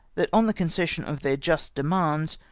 that on the concession of their just demands,